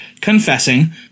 confessing